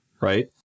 right